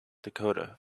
dakota